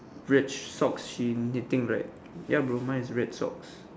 red socks she knitting right ya bro mine is red socks